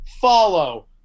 follow